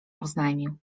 oznajmił